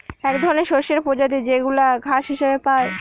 এক ধরনের শস্যের প্রজাতি যেইগুলা ঘাস হিসেবে পাই